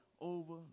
over